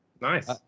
nice